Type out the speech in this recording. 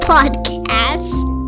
Podcasts